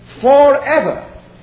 forever